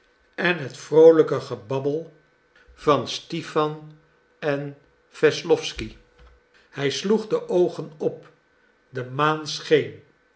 en het vroolijke gebabbel van stipan en wesslowsky hij sloeg de oogen op de maan scheen